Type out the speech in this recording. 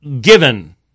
given